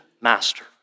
master